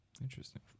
Interesting